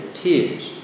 tears